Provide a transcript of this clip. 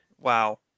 Wow